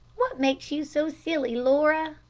what makes you so silly, laura